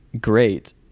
great